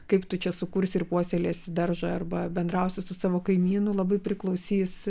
kaip tu čia sukursi ir puoselėsi daržą arba bendrausi su savo kaimynu labai priklausys